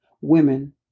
women